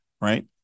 right